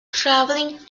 travelling